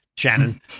Shannon